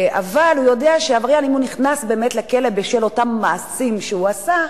אבל הוא יודע שאם העבריין נכנס לכלא בשל אותם מעשים שהוא עשה,